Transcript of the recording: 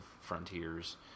Frontiers